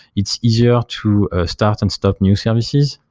it's easier to start and stop new services,